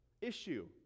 issue